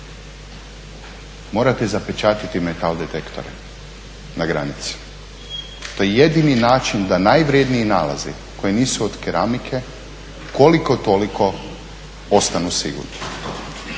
Morate zapečatiti metal detektore na granici. To je jedini način da najvrjedniji nalazi koji nisu od keramike koliko toliko ostanu sigurni.